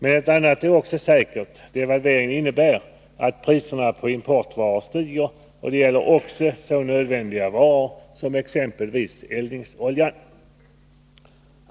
Ett annat är också säkert: Devalvering innebär att priserna på importvaror stiger, och detta gäller också så nödvändiga varor som eldningsolja.